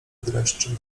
dreszcz